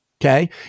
okay